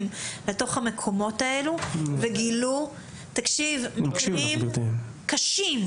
לתוך המקומות האלה וגילו מקרים קשים,